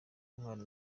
intwaro